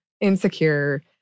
insecure